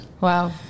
Wow